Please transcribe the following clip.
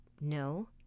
No